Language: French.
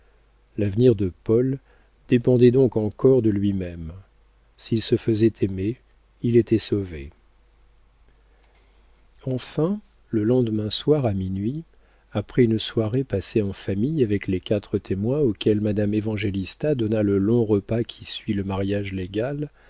l'avenir de paul dépendait donc encore de lui-même s'il se faisait aimer il était sauvé enfin le lendemain soir à minuit après une soirée passée en famille avec les quatre témoins auxquels madame évangélista donna le long repas qui suit le mariage légal